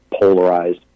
polarized